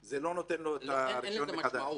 זה לא נותן לו את הרישיון מחדש.